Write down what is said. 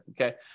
okay